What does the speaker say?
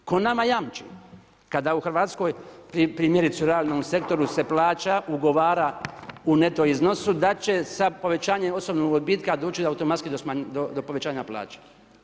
Tko nama jamči kada u Hrvatskoj, primjerice u realnom sektoru se plaća, ugovara u neto iznosu da će sa povećanjem osobnog odbitka, doći do automatski do povećanje plaća.